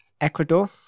Ecuador